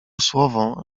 słowo